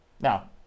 now